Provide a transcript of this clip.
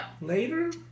Later